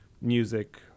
music